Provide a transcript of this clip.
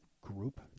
group